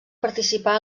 participar